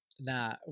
Nah